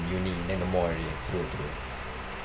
in uni then no more already true true